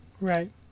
Right